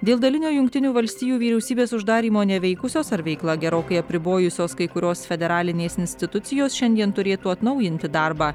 dėl dalinio jungtinių valstijų vyriausybės uždarymo neveikusios ar veiklą gerokai apribojusios kai kurios federalinės institucijos šiandien turėtų atnaujinti darbą